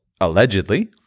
allegedly